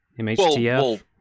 MHTF